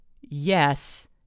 Yes